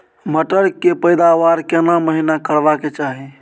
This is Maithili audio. मटर के पैदावार केना महिना करबा के चाही?